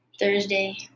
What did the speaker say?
Thursday